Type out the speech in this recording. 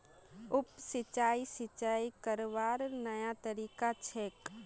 उप सिंचाई, सिंचाई करवार नया तरीका छेक